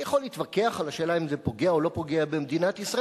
אני יכול להתווכח על השאלה אם זה פוגע או לא פוגע במדינת ישראל,